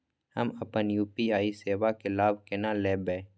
हम अपन यू.पी.आई सेवा के लाभ केना लैब?